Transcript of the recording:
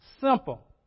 Simple